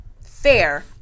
fair